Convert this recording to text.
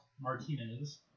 Martinez